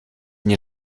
nie